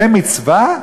זה מצווה?